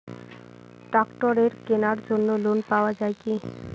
ট্রাক্টরের কেনার জন্য লোন পাওয়া যায় কি?